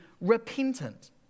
repentant